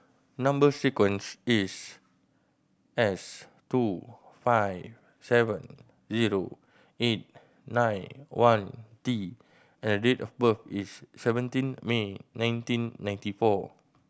number sequence is S two five seven zero eight nine one T and date of birth is seventeen May nineteen ninety four